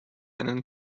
einen